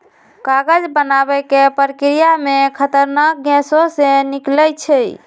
कागज बनाबे के प्रक्रिया में खतरनाक गैसें से निकलै छै